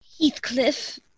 Heathcliff